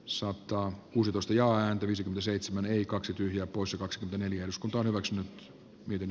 saattaa uusitusta ja änkytys ja seitsemän ei kaksi tyhjää poissa kaksi neljän skonto hyväksynyt miten